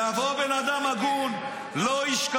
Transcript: יבוא בן אדם הגון ----- תגיד לי,